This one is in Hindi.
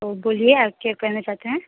तो बोलिए आप क्या कहना चाहते हैं